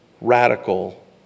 radical